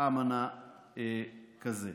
אמנה כזה.